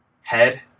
head